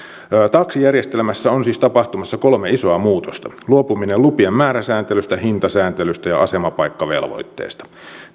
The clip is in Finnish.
taksijärjestelmässä on siis tapahtumassa kolme isoa muutosta luopuminen lupien määräsääntelystä hintasääntelystä ja ja asemapaikkavelvoitteesta